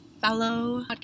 fellow